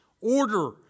order